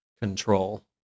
control